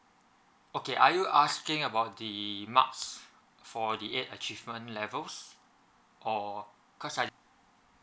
okay are you asking about the marks for the eight achievement levels or because I